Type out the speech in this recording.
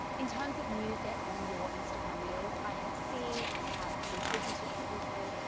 in terms of music on your instagram reels i have seen and have been talking to lots of people.